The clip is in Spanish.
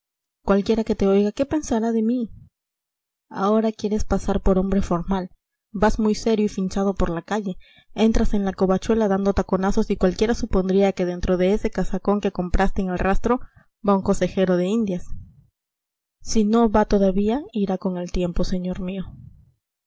cualquiera que te oiga qué pensará de mí ahora quieres pasar por hombre formal vas muy serio y finchado por la calle entras en la covachuela dando taconazos y cualquiera supondría que dentro de ese casacón que compraste en el rastro va un consejero de indias si no va todavía irá con el tiempo señor mío